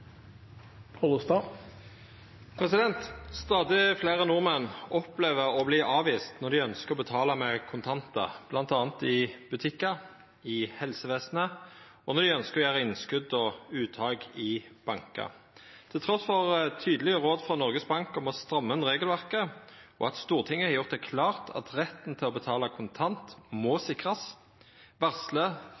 flere nordmenn opplever å bli avvist når de ønsker å betale med kontanter bl.a. i butikker, i helsevesenet og når de ønsker å gjøre innskudd og uttak i banker. Til tross for tydelige råd fra Norges Bank om å stramme inn regelverket og at Stortinget har gjort det klart at retten til å betale kontant må sikres,